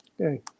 Okay